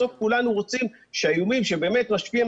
בסוף כולנו רוצים שהאיומים שבאמת משפיעים